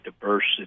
diversity